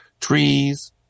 trees